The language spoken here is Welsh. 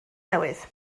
newydd